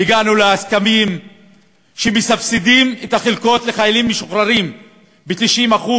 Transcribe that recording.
הגענו להסכמים שמסבסדים את החלקות לחיילים משוחררים ב-90%